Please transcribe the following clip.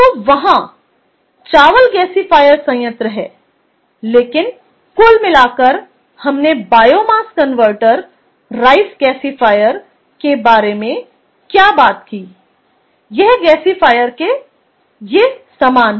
तो वहाँ चावल गैसीफायर संयंत्र हैं लेकिन कुल मिलाकर हमने बायोमास कनवर्टर राइस गैसीफायर के बारे में क्या बात की यह गैसीफायर ये समान हैं